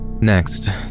Next